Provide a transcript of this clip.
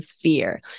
fear